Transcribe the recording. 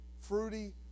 fruity